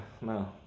No